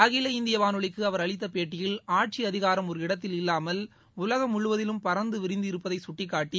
அகில இந்திய வானொலிக்கு அவர் அளித்த பேட்டியில் ஆட்சி அதிகாரம் ஒரு இடத்தில் இல்லாமல் உலகம் முழுவதிலும் பரந்த விரிந்து இருப்பதை சுட்டிக்காட்டி